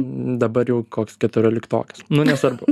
dabar jau koks keturioliktokas nu nesvarbu